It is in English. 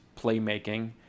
playmaking